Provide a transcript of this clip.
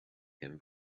him